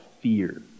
fear